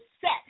set